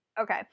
okay